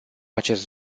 acest